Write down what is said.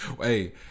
Hey